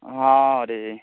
हँ रे